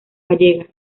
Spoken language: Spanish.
gallega